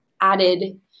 added